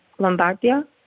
Lombardia